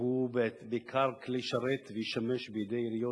והוא בעיקר כלי שרת וישמש בידי עיריות